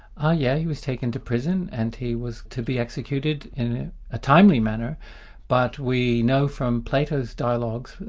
ah yeah he was taken to prison, and he was to be executed in a timely manner but we know from plato's dialogues,